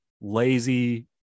lazy